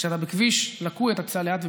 כשאתה בכביש לקוי אתה תיסע לאט ובזהירות,